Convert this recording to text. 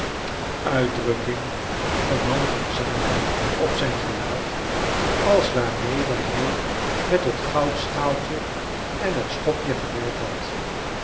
uitdrukking van maa van zaken op zijn gelaat als waarmede hij met het goudschaaltje en het schopje gewerkt had